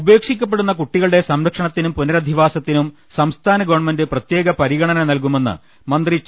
ഉപേക്ഷിക്കപ്പെടുന്നു കുട്ടികളുടെ സംരക്ഷണത്തിനും പുന്നരധിവാസത്തിനും സംസ്ഥാന ഗവൺമെന്റ് പ്രപ്പേക പരിഗണന നൽകുമെന്ന് മന്ത്രി ടി